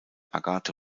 agathe